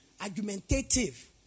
argumentative